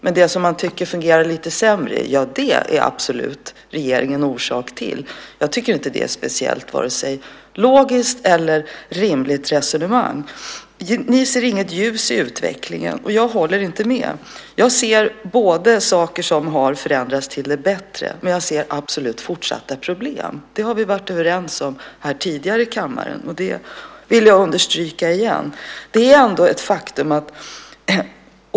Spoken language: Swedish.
Men det som man tycker fungerar lite sämre är absolut regeringen orsak till. Jag tycker inte att det är ett speciellt vare sig logiskt eller rimligt resonemang. Ni ser inget ljus i utvecklingen. Jag håller inte med. Jag ser saker som har förändrats till det bättre, men jag ser absolut fortsatta problem. Det har vi varit överens om tidigare i kammaren. Det vill jag understryka igen.